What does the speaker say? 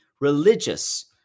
religious